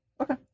Okay